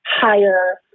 higher